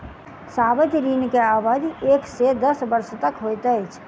सावधि ऋण के अवधि एक से दस वर्ष तक होइत अछि